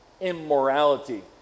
Immorality